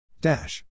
Dash